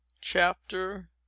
Chapter